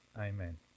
Amen